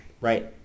Right